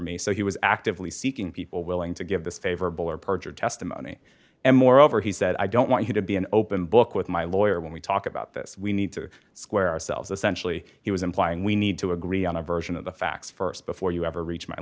me so he was actively seeking people willing to give this favorable or perjured testimony and moreover he said i don't want you to be an open book with my lawyer when we talk about this we need to square ourselves essentially he was implying we need to agree on a version of the facts st before you ever reach my